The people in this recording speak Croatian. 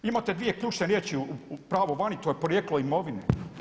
Imate dvije ključne riječi u pravu vani, to je porijeklo imovine.